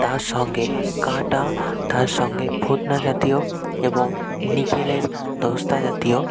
তার সঙ্গে কাঁটা তার সঙ্গে ফাতনা জাতীয় এবং নিকেলের দস্তা জাতীয়